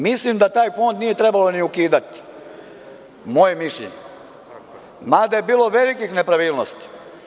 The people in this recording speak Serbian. Mislim da taj fond nije trebalo ni ukidati, moje mišljenje, mada je bilo velikih nepravilnosti.